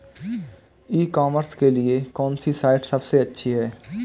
ई commerce के लिए कौनसी साइट सबसे अच्छी है?